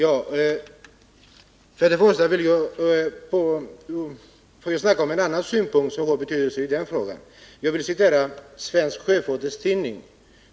Herr talman! Jag vill ta upp en annan synpunkt som har betydelse i den här frågan och citera Svensk Sjöfarts Tidning.